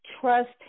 trust